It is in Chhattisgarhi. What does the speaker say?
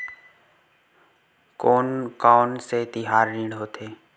कोन कौन से तिहार ऋण होथे?